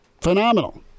phenomenal